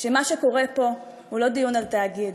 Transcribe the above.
שמה שקורה פה הוא לא דיון על תאגיד.